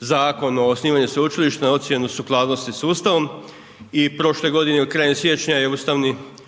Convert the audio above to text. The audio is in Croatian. Zakon o osnivanju sveučilišta na ocjenu sukladnosti s Ustavom i prošle godine, krajem siječnja je Ustavni sud